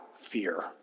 fear